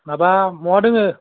माबा महा दोङो